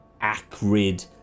acrid